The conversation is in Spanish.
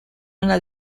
una